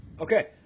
Okay